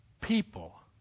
people